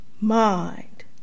mind